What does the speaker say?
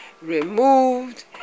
removed